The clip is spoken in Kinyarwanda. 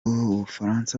ubufaransa